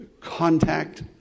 contact